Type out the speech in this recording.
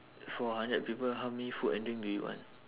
four hundred people how many food and drink do you want